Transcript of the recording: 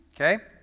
okay